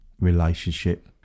relationship